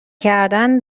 کردن